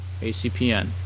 ACPN